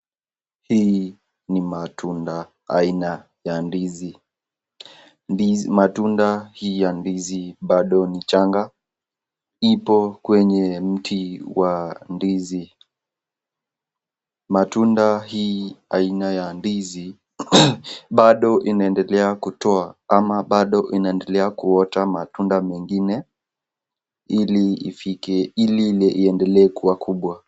Hii ni matunda aina ya ndizi. Matunda hii ya ndizi bado ni changa. Ipo kwenye mti wa ndizi. Matunda hii aina ya ndizi bado inaendelea kutoa ama bado inaendelea kuota matunda mengine ili ifike ili iendelee kuwa kubwa.